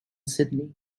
sydney